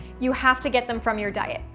you have to get them from your diet.